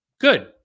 good